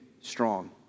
strong